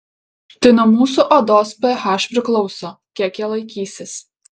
tai nuo mūsų odos ph priklauso kiek jie laikysis